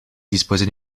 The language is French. disposait